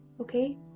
okay